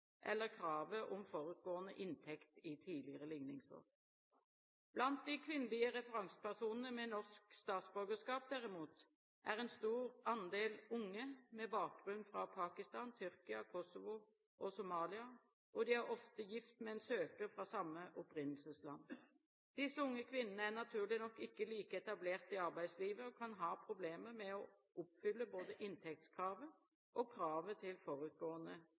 eller kravet om forutgående inntekt i tidligere likningsår. Blant de kvinnelige referansepersonene med norsk statsborgerskap, derimot, er en stor andel unge med bakgrunn fra Pakistan, Tyrkia, Kosovo og Somalia, og de er ofte gift med en søker fra samme opprinnelsesland. Disse unge kvinnene er naturlig nok ikke like etablert i arbeidslivet og kan ha problemer med å oppfylle både inntektskravet og kravet til forutgående